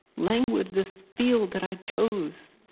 language, this field that i chose,